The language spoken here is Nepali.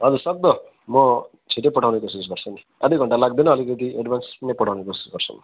हजुर सक्दो म छिटै पठाउने कोसिस गर्छु नि आधा घन्टा लाग्दैन अलिकति एड्भान्स नै पठाउने कोसिस गर्छु म